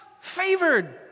favored